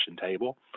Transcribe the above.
table